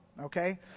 Okay